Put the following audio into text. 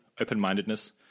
open-mindedness